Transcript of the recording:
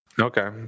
Okay